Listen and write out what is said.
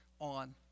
on